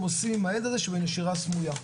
עושים עם הילד הזה שהוא בנשירה סמויה.